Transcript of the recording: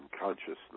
consciousness